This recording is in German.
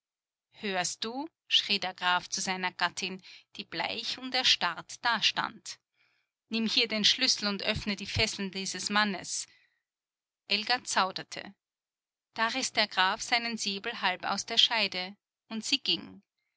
hörst du schrie der graf zu seiner gattin die bleich und erstarrt dastand nimm hier den schlüssel und öffne die fesseln dieses mannes elga zauderte da riß der graf seinen säbel halb aus der scheide und sie ging